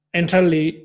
entirely